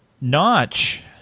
Notch